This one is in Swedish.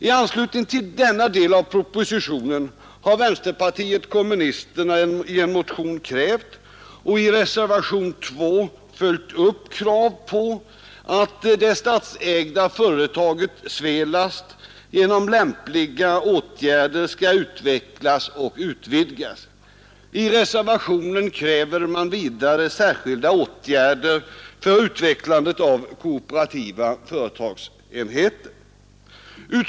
I anslutning till denna del av propositionen har vänsterpartiet kommunisterna i en motion krävt och i reservationen 2 följt upp kravet på att det statsägda företaget Svelast genom lämpliga åtgärder skall utvecklas och utvidgas. I reservationen krävs vidare särskilda åtgärder för utvecklande av kooperativa företagsenheter.